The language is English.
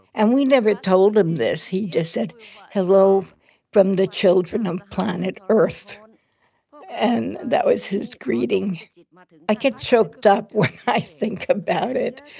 and we never told him this. he just said hello from the children of planet earth and that was his greeting but i get choked up when i think about it.